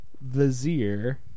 vizier